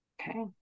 Okay